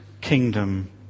kingdom